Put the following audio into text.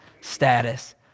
status